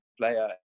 player